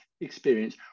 experience